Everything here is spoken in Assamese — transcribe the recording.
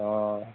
অঁ